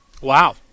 Wow